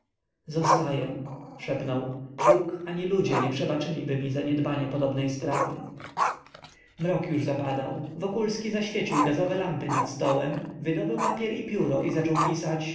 zostaję szepnął bóg ani ludzie nie przebaczyliby mi zaniedbania podobnej sprawy mrok już zapadał wokulski zaświecił gazowe lampy nad stołem wydobył papier i pióro i zaczął pisać